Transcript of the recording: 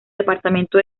departamento